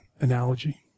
analogy